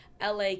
LA